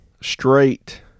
straight